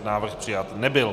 Návrh přijat nebyl.